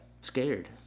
scared